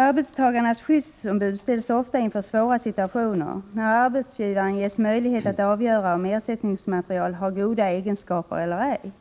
Arbetstagarnas skyddsombud ställs ofta inför svåra situationer när arbetsgivaren ges möjlighet att avgöra om ersättningsmaterial har goda egenskaper eller ej.